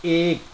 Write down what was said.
एक